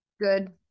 Good